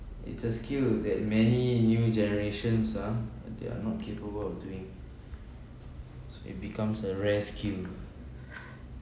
it's a skill that many new generations ah they are not capable of doing so it becomes a rare skill